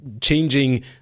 changing